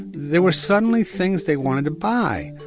there were suddenly things they wanted to buy.